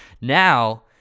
Now